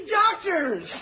doctors